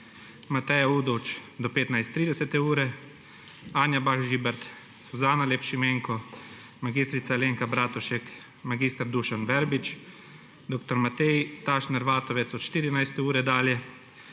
Mateja Udovč do 15.30 ure, Anja Bah Žibert, Suzana Lep Šimenko, mag. Alenka Bratušek, mag. Dušan Verbič, dr. Matej Tašner Vatovec od 14. ure dalje,